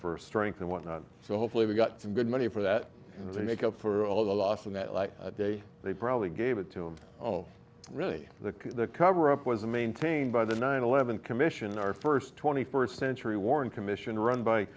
for strength and whatnot so hopefully we got some good money for that and make up for all the lost in that light day they probably gave it to him oh really the cover up was a maintained by the nine eleven commission our first twenty first century warren commission run by